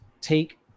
take